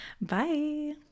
Bye